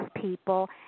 people